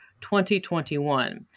2021